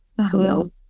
Hello